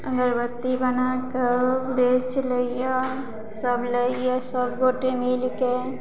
अगरबत्ती बनाकऽ बेच लैया सब लैया सब गोटे मिलके